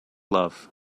love